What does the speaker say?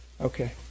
Okay